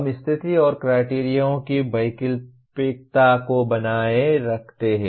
हम स्थिति और क्राइटेरिओं की वैकल्पिकता को बनाए रखते हैं